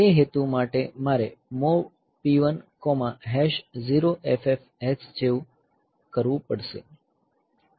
તે હેતુ માટે મારે MOV P10FF હેક્સ જેવું કરવું પડશે